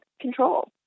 control